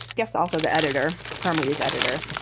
guess also the editor. parmly is editor.